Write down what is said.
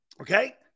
okay